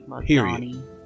Period